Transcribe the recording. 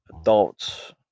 adults